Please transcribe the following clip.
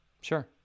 Sure